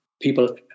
people